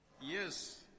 Yes